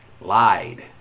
Lied